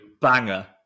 banger